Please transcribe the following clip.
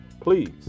Please